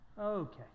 Okay